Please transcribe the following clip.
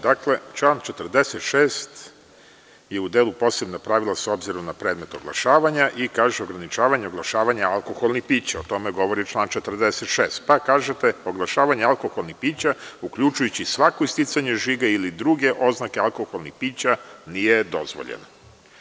Dakle, član 46. je u delu posebna pravila, s obzirom na predmet oglašavanja i kaže ograničavanje oglašavanja alkoholnih pića, o tome govori član 46. kažete – oglašavanje alkoholnih pića uključujući svako isticanje žiga ili druge oznake alkoholnih pića nije dozvoljeno.